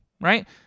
right